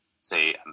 say